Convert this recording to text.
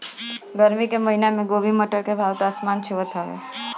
गरमी के महिना में गोभी, मटर के भाव त आसमान छुअत हवे